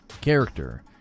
character